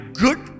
good